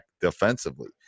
defensively